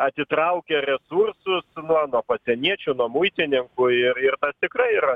atitraukia resursus nuo nuo pasieniečių nuo muitininkų ir tas tikrai yra